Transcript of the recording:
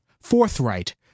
forthright